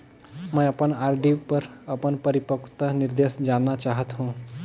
मैं अपन आर.डी पर अपन परिपक्वता निर्देश जानना चाहत हों